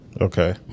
Okay